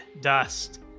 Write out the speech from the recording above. dust